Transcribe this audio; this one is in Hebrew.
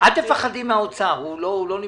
אל תפחדי מהאוצר, הוא לא נמצא,